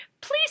Please